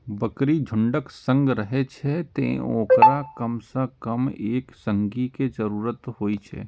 बकरी झुंडक संग रहै छै, तें ओकरा कम सं कम एक संगी के जरूरत होइ छै